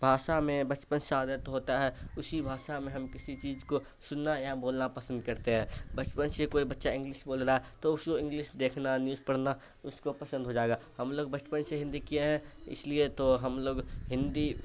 بھاشا میں بچپن سے عادت ہوتا ہے اسی بھاشا میں ہم کسی چیز کو سننا یا بولنا پسند کرتے ہیں بچپن سے کوئی بچہ انگلش بول رہا ہے تو اس کو انگلش دیکھنا نیوز پڑھنا اس کو پسند ہو جائے گا ہم لوگ بچپن سے ہندی کیے ہیں اس لیے تو ہم لوگ ہندی